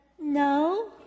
no